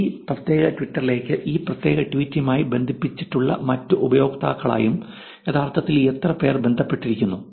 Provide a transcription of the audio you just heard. ഈ പ്രത്യേക ട്വീറ്റിലേക്കും ഈ പ്രത്യേക ട്വീറ്റുമായി ബന്ധിപ്പിച്ചിട്ടുള്ള മറ്റ് ഉപയോക്താക്കളുമായും യഥാർത്ഥത്തിൽ എത്ര പേർ ബന്ധപ്പെട്ടിരിക്കുന്നു